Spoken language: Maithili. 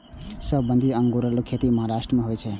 सबसं बेसी अंगूरक खेती महाराष्ट्र मे होइ छै